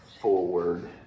forward